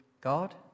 God